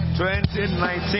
2019